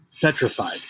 petrified